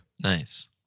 nice